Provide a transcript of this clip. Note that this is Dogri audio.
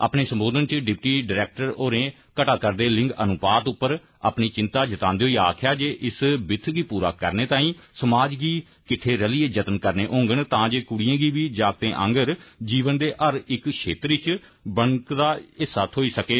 अपने संबोधन इच डिप्टी डायरेक्टर होरें घट्टा करदे लिंग अनुपात पर अपनी चिन्ता जतांदे होई आक्खेआ जे इस विशे गी पूरा करने तांई समाज गी किट्ठे रलियें जतन करने होंडन तां जे कुड़िएं गी बी जागतें आंडर जीवन दे हर इक्क क्षेत्र इच बनदा हिस्सा थ्होई सकै